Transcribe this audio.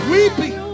Weeping